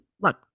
look